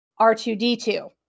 r2d2